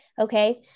okay